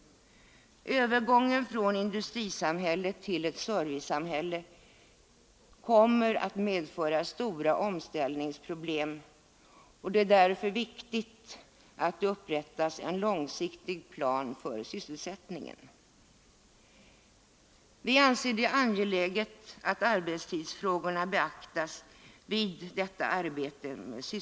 Övergången från ett industrisamhälle till ett servicesamhälle kommer att medföra stora omställningsproblem, och det är därför viktigt att det upprättas en långsiktig plan för sysselsättningen. Vi anser det angeläget att arbetstidsfrågorna beaktas vid detta arbete.